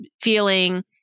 feeling